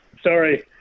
sorry